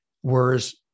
Whereas